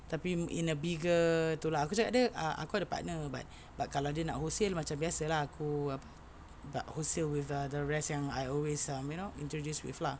tapi in a bigger tu lah aku cakap dengan dia ah aku ada partner but kalau dia nak wholesale macam biasa lah aku apa but wholesale with the other rest yang I always um you know introduce with lah